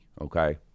okay